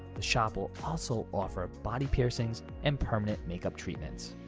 the shop will also offer body piercings and permanent makeup treatments.